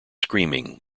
screaming